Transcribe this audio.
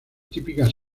típicas